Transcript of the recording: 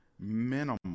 minimal